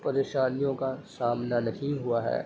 پریشانیوں کا سامنا نہیں ہوا ہے